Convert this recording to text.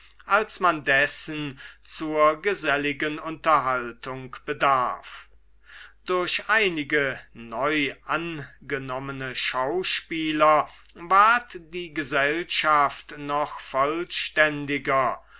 als man dessen zur geselligen unterhaltung bedarf durch einige neu angenommene schauspieler ward die gesellschaft noch